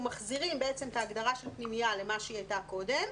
אנחנו מחזירים את ההגדרה של פנימייה למה שהיא הייתה קודם,